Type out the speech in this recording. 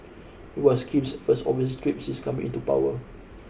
it was Kim's first overseas trip since coming into power